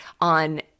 on